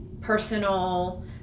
personal